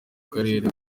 karere